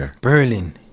Berlin